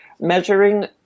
measuring